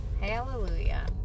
hallelujah